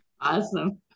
Awesome